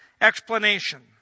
explanation